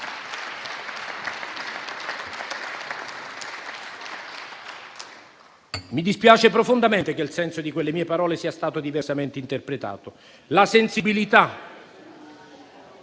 Mi dispiace profondamente che il senso di quelle mie parole sia stato diversamente interpretato. *(Commenti)*.